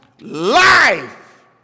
life